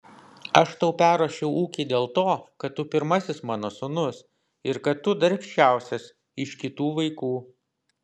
aš tau perrašiau ūkį dėl to kad tu pirmasis mano sūnus ir kad tu darbščiausias iš kitų vaikų